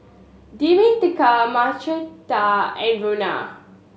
Demetria Margaretta and Rona